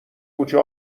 کوچه